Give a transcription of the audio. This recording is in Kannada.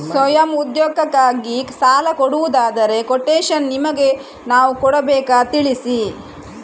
ಸ್ವಯಂ ಉದ್ಯೋಗಕ್ಕಾಗಿ ಸಾಲ ಕೊಡುವುದಾದರೆ ಕೊಟೇಶನ್ ನಿಮಗೆ ನಾವು ಕೊಡಬೇಕಾ ತಿಳಿಸಿ?